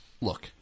look